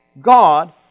God